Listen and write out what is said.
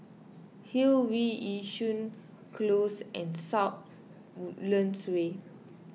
Hillview Yishun Close and South Woodlands Way